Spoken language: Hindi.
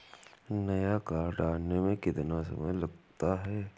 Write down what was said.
नया कार्ड आने में कितना समय लगता है?